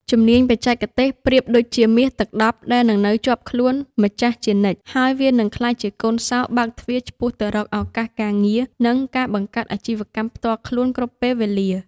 ជំនាញបច្ចេកទេសប្រៀបដូចជា «មាសទឹកដប់» ដែលនឹងនៅជាប់ខ្លួនម្ចាស់ជានិច្ច ហើយវានឹងក្លាយជាកូនសោរបើកទ្វារឆ្ពោះទៅរកឱកាសការងារ និងការបង្កើតអាជីវកម្មផ្ទាល់ខ្លួនគ្រប់ពេលវេលា។